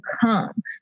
come